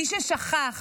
מי ששכח